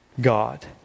God